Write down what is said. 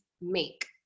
make